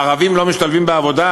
הערבים לא משתלבים בעבודה,